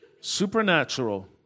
supernatural